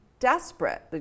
desperate